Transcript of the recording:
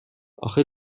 آخه